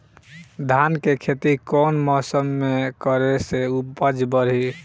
धान के खेती कौन मौसम में करे से उपज बढ़ी?